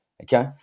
okay